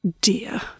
Dear